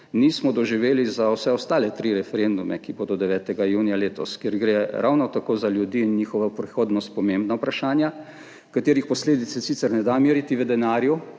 nismo doživeli za vse ostale tri referendume, ki bodo 9. junija letos, ker gre ravno tako za ljudi in za njihovo prihodnost pomembna vprašanja, katerih posledic se sicer ne da meriti v denarju,